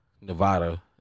Nevada